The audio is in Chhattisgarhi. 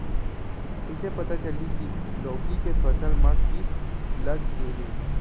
कइसे पता चलही की लौकी के फसल मा किट लग गे हे?